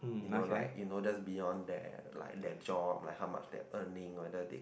you know like you know just beyond there like their job like how much they earning whether they can